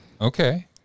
okay